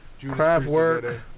Craftwork